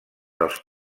dels